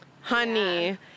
honey